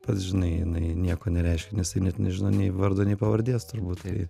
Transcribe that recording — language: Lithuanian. pats žinai jinai nieko nereiškia nes nežino nei vardo nei pavardės turbūt tai